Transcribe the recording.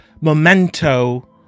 memento